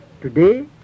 today